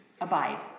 Abide